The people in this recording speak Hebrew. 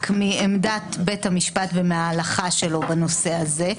מעמדת בית המשפט ומההלכה שלו בנושא הזה,